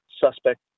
suspect